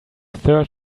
third